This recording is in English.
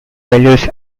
values